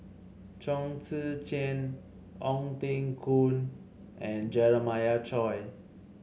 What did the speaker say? Chong Tze Chien Ong Teng Koon and Jeremiah Choy